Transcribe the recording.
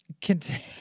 continue